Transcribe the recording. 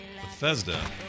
Bethesda